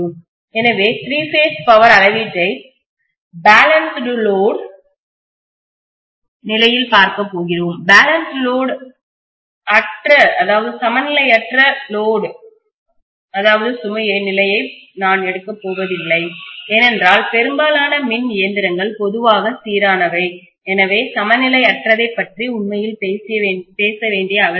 எனவே three phase power அளவீட்டைப் balanced லோடுசமச்சீர் சுமை நிலையில் பார்க்கப் போகிறோம் பேலன்ஸ்டு லோடு அற்றசமநிலையற்ற சுமை நிலையை நான் எடுக்கப் போவதில்லை ஏனென்றால் பெரும்பாலான மின் இயந்திரங்கள் பொதுவாக சீரானவை எனவே சமநிலையற்றதைப் பற்றி உண்மையில் பேச வேண்டிய அவசியமில்லை